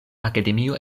akademio